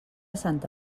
santa